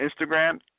Instagram